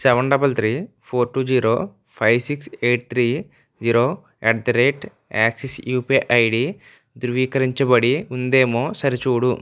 seven double three four two zero five six eight three zero at the rate Axis UPI ID ధృవీకరించబడి ఉందేమో సరిచూడు